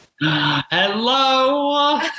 Hello